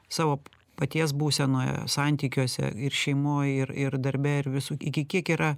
savo paties būsenoje santykiuose ir šeimoj ir ir darbe ir visu iki kiek yra